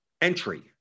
entry